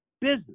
business